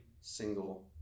single